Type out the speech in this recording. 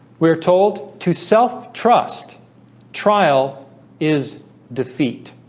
we are told to self trust trial is defeat